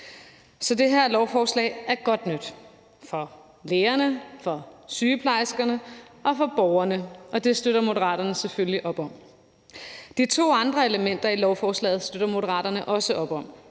Så det her lovforslag er godt nyt for lægerne, for sygeplejerskerne og for borgerne, og det støtter Moderaterne selvfølgelig op om. De to andre elementer i lovforslaget støtter Moderaterne også op om: